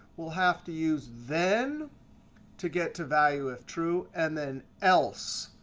we'll have to use then to get to value if true. and then else,